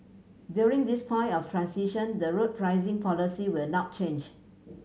during this point of transition the road pricing policy will not change